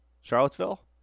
Charlottesville